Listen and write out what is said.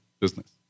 business